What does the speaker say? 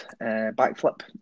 backflip